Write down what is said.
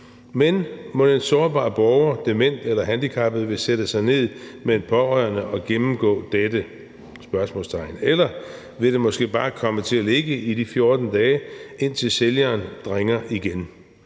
Men mon sårbare borgere, demente eller handicappede vil sætte sig ned med en pårørende og gennemgå dette? Eller vil det måske bare komme til at ligge i de 14 dage, indtil sælgeren ringer igen?